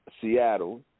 Seattle